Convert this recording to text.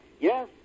Yes